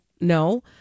no